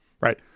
right